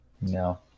No